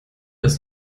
ist